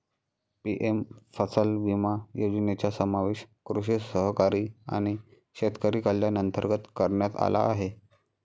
PM फसल विमा योजनेचा समावेश कृषी सहकारी आणि शेतकरी कल्याण अंतर्गत करण्यात आला आहे